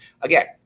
Again